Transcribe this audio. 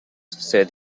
said